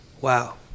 Wow